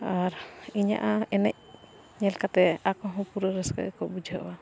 ᱟᱨ ᱤᱧᱟᱹᱜ ᱮᱱᱮᱡ ᱧᱮᱞ ᱠᱟᱛᱮ ᱟᱠᱚ ᱦᱚᱸ ᱯᱩᱨᱟᱹ ᱨᱟᱹᱥᱠᱟᱹ ᱜᱮᱠᱚ ᱵᱩᱡᱷᱟᱹᱣᱟ